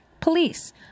police